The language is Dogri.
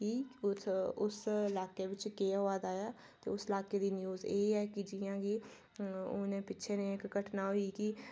कि उस उस ल्हाके बिच केह् होआ दा ऐ ते उस ल्हाके दी न्यूज़ एह् ऐ कि जि'यां की हू'न पिच्छें नेह् इक घटना होई कि